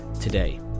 today